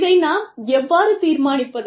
இதை நாம் எவ்வாறு தீர்மானிப்பது